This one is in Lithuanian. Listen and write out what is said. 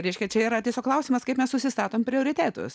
reiškia čia yra tiesiog klausimas kaip mes nusistatome prioritetus